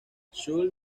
schulz